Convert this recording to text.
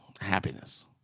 happiness